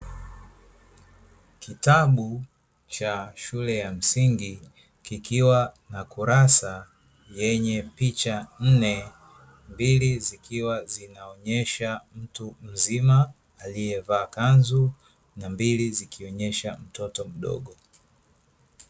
Kitabu ch shule ya msingi kikiwa yenye picha nne, mbili zikiwa zinzonyesha mtu mzima ailiyevaakanzu nambili mtoto mdogo.